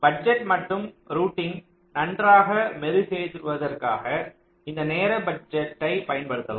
budget மற்றும் routing நன்றாக மெருகேற்றுவதற்கு இந்த நேர பட்ஜெட்டை பயன்படுத்தப்படலாம்